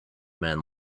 man